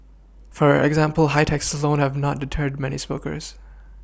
for example high taxes alone have not deterred many smokers